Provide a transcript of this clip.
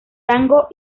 tango